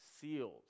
sealed